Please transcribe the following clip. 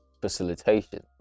facilitation